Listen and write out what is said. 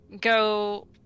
go